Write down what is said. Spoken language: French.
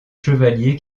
chevaliers